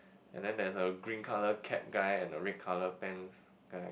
and there there's a green colour cap guy and red colour pants guy